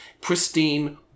Pristine